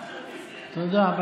תודה.